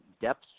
depth